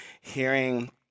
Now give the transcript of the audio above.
hearing